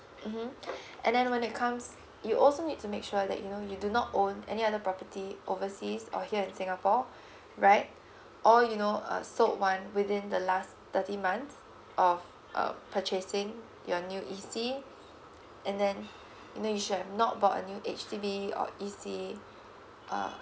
mmhmm and then when it comes you also need to make sure that you know you do not own any other property overseas or here in singapore right or you know uh sold one within the last thirty months of um purchasing your new E_C and then you know you should have not bought a new H_D_B or E_C uh